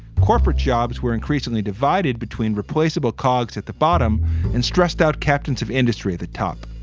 corporate jobs were increasingly divided between replaceable cogs at the bottom and stressed out captains of industry at the top.